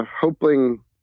hoping